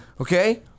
Okay